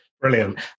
Brilliant